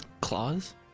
Claws